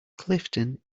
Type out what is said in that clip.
clifton